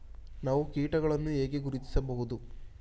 ನಾವು ಕೀಟಗಳನ್ನು ಹೇಗೆ ಗುರುತಿಸಬಹುದು?